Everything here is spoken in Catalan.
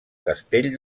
castell